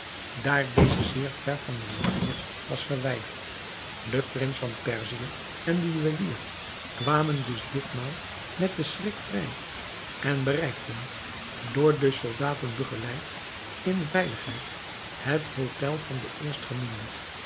daar deze zeer ver van de rivier was verwijderd de prins van perzië en de juwelier kwamen dus ditmaal met den schrik vrij en bereikten door de soldaten begeleid in veiligheid het hotel van den